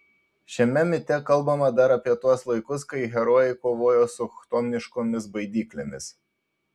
šiame mite kalbama dar apie tuos laikus kai herojai kovojo su chtoniškomis baidyklėmis